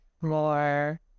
more